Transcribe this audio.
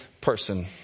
person